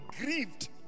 grieved